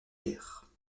guerre